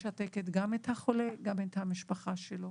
משתקת גם את החולה וגם את המשפחה שלו.